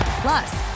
Plus